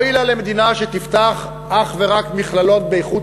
אוי לה למדינה שתפתח אך ורק מכללות באיכות